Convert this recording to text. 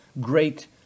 great